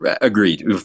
agreed